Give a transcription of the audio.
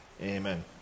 amen